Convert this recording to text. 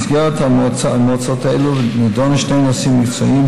במסגרת המועצות האלה נדונו שני נושאים מקצועיים